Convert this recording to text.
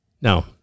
Now